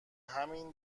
همین